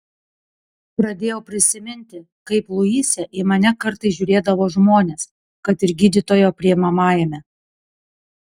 pradėjau prisiminti kaip luise į mane kartais žiūrėdavo žmonės kad ir gydytojo priimamajame